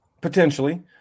potentially